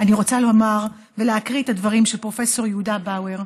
אני רוצה להקריא את הדברים של פרופ' יהודה באואר,